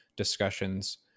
discussions